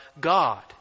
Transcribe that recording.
God